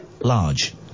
large